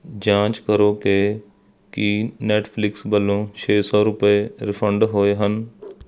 ਜਾਂਚ ਕਰੋ ਕਿ ਕੀ ਨੈੱਟਫਲਿਕਸ ਵੱਲੋਂ ਛੇ ਸੌ ਰੁਪਏ ਰਿਫੰਡ ਹੋਏ ਹਨ